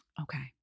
Okay